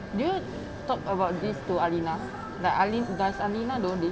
do you talk about this to alina like alin~ does alina know this